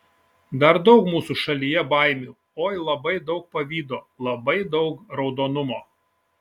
dar daug mūsų šalyje baimių oi labai daug pavydo labai daug raudonumo